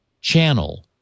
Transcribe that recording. channel